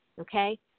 Okay